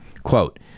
Quote